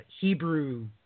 Hebrew